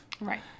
Right